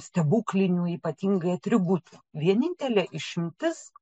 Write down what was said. stebuklinių ypatingai atributų vienintelė išimtis